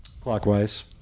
Clockwise